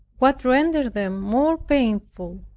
what rendered them more painful